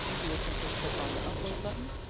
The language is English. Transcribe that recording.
you would simply click on the upload button,